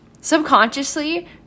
subconsciously